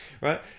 Right